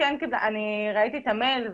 ראיתי את המייל.